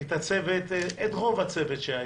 את רוב הצוות שהיה.